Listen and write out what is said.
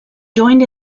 joined